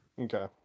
Okay